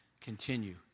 continue